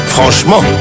Franchement